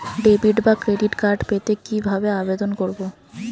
Debit বা credit card পেতে কি ভাবে আবেদন করব?